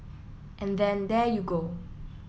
and then there you go